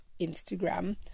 Instagram